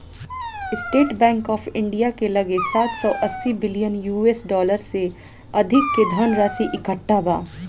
estate Bank of India के लगे सात सौ अस्सी बिलियन यू.एस डॉलर से अधिक के धनराशि इकट्ठा बा